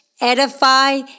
edify